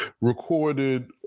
recorded